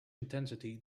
intensity